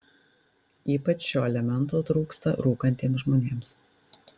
ypač šio elemento trūksta rūkantiems žmonėms